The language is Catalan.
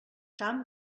tan